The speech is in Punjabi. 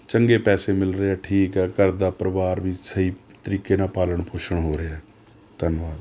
ਚੰਗੇ ਪੈਸੇ ਮਿਲ ਰਹੇ ਹੈ ਠੀਕ ਹੈ ਘਰ ਦਾ ਪਰਿਵਾਰ ਵੀ ਸਹੀ ਤਰੀਕੇ ਨਾਲ ਪਾਲਣ ਪੋਸ਼ਣ ਹੋ ਰਿਹਾ ਧੰਨਵਾਦ